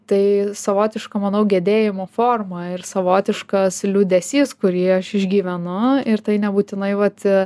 tai savotiška manau gedėjimo forma ir savotiškas liūdesys kurį aš išgyvenu ir tai nebūtinai vat a